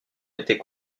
était